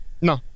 No